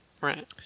right